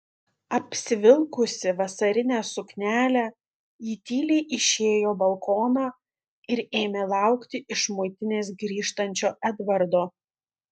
apsivilkusi vasarinę suknelę ji tyliai išėjo balkoną ir ėmė laukti iš muitinės grįžtančio edvardo